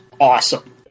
awesome